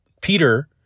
Peter